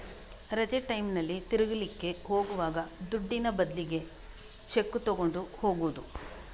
ರಜೆ ಟೈಮಿನಲ್ಲಿ ತಿರುಗ್ಲಿಕ್ಕೆ ಹೋಗುವಾಗ ದುಡ್ಡಿನ ಬದ್ಲಿಗೆ ಚೆಕ್ಕು ತಗೊಂಡು ಹೋಗುದು